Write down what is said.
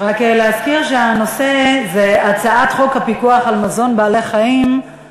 רק להזכיר שהנושא הוא הצעת חוק הפיקוח על מזון לבעלי-חיים,